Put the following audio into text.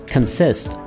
Consist